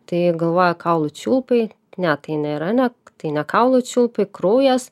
tai galvoja kaulų čiulpai ne tai nėra ne tai ne kaulų čiulpai kraujas